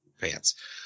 pants